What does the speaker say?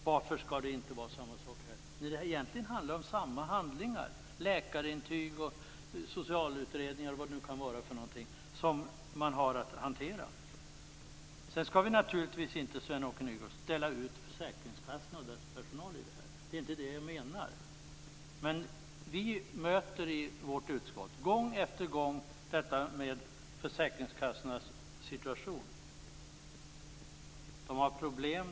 Varför skall inte detsamma gälla här, då det egentligen handlar om samma slags handlingar - läkarintyg, socialutredningar eller vad det nu kan vara - som man har att hantera? Sedan skall vi naturligtvis inte ställa ut försäkringskassorna och deras personal. Det är inte det jag menar. Men vi möter i vårt utskott gång efter gång försäkringskassornas problem.